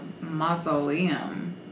mausoleum